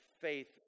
faith